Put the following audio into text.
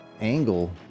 angle